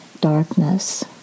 darkness